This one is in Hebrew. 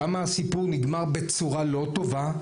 שם הסיפור נגמר בצורה לא טובה,